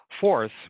Fourth